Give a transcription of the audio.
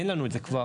אין לנו את זה כבר.